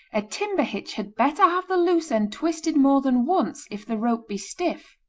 a timber-hitch had better have the loose end twisted more than once, if the rope be stiff.